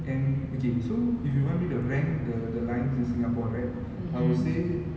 and okay so if you want me to rank the the lines in singapore right I would say